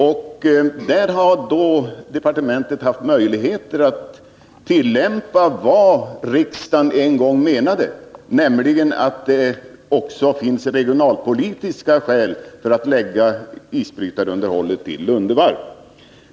Departementet har då haft möjligheter att tillämpa vad riksdagen en gång uttalat, nämligen att det också finns regionalpolitiska skäl för att lägga isbrytarunderhållet till Lunde Varv.